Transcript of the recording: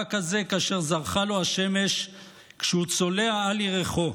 מהמאבק הזה כאשר זרחה לו השמש כשהוא צולע על ירכו.